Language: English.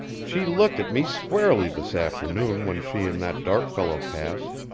she looked at me squarely this afternoon when she and that dark fellow passed,